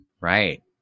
Right